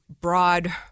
broad